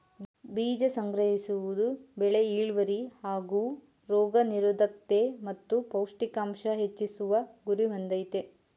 ಬೀಜ ಸಂಗ್ರಹಿಸೋದು ಬೆಳೆ ಇಳ್ವರಿ ಹಾಗೂ ರೋಗ ನಿರೋದ್ಕತೆ ಮತ್ತು ಪೌಷ್ಟಿಕಾಂಶ ಹೆಚ್ಚಿಸುವ ಗುರಿ ಹೊಂದಯ್ತೆ